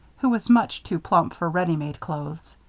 who was much too plump for ready-made clothes.